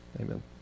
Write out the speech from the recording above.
Amen